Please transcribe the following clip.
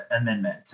amendment